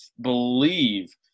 believe